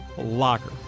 locker